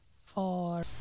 four